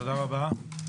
תודה רבה.